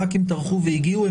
חברי כנסת טרחו והגיעו,